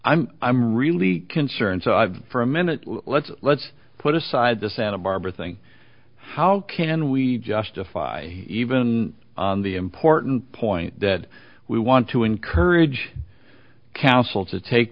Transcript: i'm i'm really concerned so i've for a minute let's let's put aside the santa barbara thing how can we justify even on the important point that we want to encourage counsel to take